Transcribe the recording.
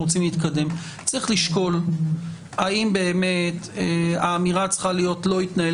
צריך לשקול האם האמירה צריכה להיות: לא התנהל